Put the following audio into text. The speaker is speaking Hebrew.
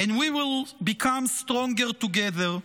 and we will become stronger together.